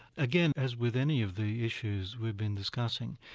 again, as with any of the issues we've been discussing,